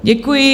Děkuji.